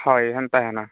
ହୁଏ ଏନ୍ତା ହେନା